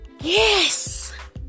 Yes